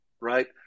right